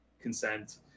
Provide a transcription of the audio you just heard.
consent